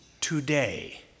today